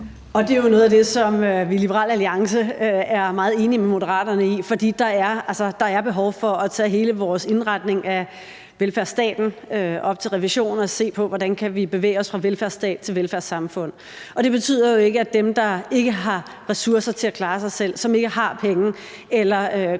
Det er jo også noget af det, som vi i Liberal Alliance er meget enige med Moderaterne i. For der er behov for at tage hele vores indretning af velfærdsstaten op til revision og se på, hvordan vi kan bevæge os fra velfærdsstat til velfærdssamfund. Og betyder jo ikke, at dem, der ikke har ressourcer til at klare sig selv, som ikke har penge, eller som